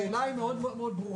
השאלה היא מאוד ברורה.